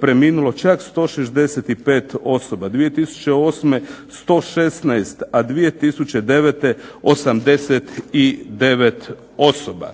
preminulo čak 165 osoba, 2008. 116, a 2009. 89 osoba.